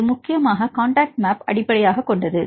இது முக்கியமாக contact map அடிப்படையாகக் கொண்டது